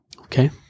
okay